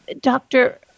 Doctor